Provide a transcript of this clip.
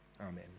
Amen